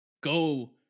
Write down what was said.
go